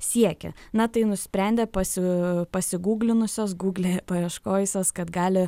siekia na tai nusprendė pasi pasigūglinusios gūgle paieškojusios kad gali